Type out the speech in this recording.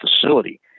facility